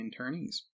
internees